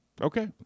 Okay